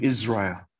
Israel